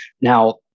Now